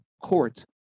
court